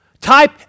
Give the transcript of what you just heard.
type